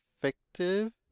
effective